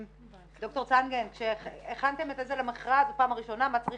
דוקטור צנגן - שהכנתם למכרז בפעם הראשונה לגבי